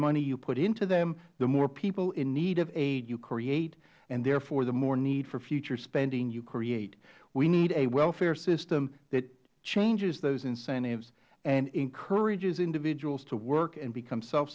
money you put into them the more people in need of aid you create and therefore the more need for future spending you create we need a welfare system that changes those incentives and encourages individuals to work and become self